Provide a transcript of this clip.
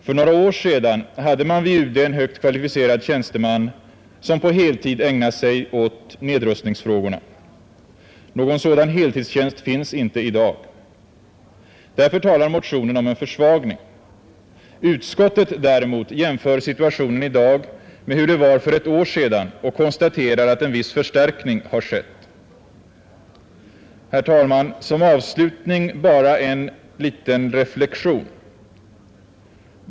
För några år sedan hade man vid UD en högt kvalificerad tjänsteman som på heltid ägnade sig åt nedrustningsfrågorna. Någon sådan heltidstjänst finns inte i dag. Därför talar motionen om en försvagning. Utskottet däremot jämför situationen i dag med hur den var för ett år sedan och konstaterar att en viss förstärkning har skett. Herr talman! Som avslutning bara en liten reflexion.